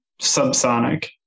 subsonic